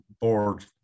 board